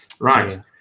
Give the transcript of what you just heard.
Right